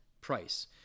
price